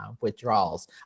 withdrawals